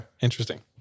Interesting